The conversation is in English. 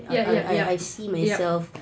yup yup yup yup